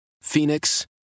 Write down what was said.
Phoenix